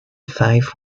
five